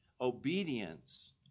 Obedience